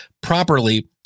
properly